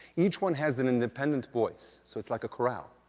each one has an independent voice, so it's like a choral.